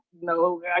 no